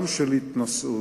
גם של התנשאות,